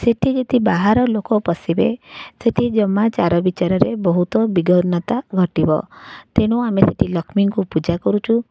ସେଇଠି ଯିଦି ବାହାରଲୋକ ପଶିବେ ସେଇଠି ଜମା ଚାର ବିଚାରରେ ବହୁତ ବିଘନତା ଘଟିବ ତେଣୁ ଆମେ ସେଇଠି ଲକ୍ଷ୍ମୀଙ୍କୁପୂଜା କରୁଛୁ